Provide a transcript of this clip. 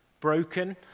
Broken